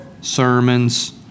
sermons